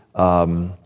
um,